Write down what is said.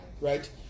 Right